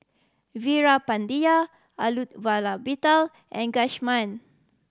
Veerapandiya Elattuvalapil and Ghanshyam